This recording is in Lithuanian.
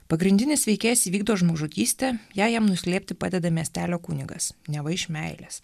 pagrindinis veikėjas įvykdo žmogžudystę ją jam nuslėpti padeda miestelio kunigas neva iš meilės